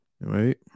Right